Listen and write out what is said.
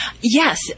Yes